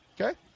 Okay